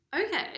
Okay